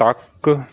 ਤੱਕ